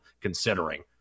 considering